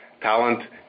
talent